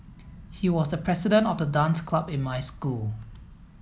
he was the president of the dance club in my school